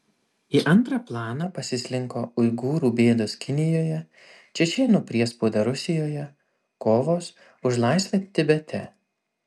į antrą planą pasislinko uigūrų bėdos kinijoje čečėnų priespauda rusijoje kovos už laisvę tibete